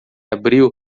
abriu